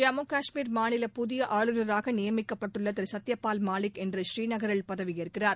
ஜம்மு கஷ்மீர் மாநில புதிய ஆளுநராக நியமிக்கப்பட்டுள்ள திரு சத்யபால் மாலிக் இன்று புநீநகரில் பதவியேற்கிறார்